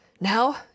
Now